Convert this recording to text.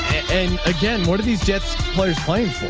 and again, what are these jets players playing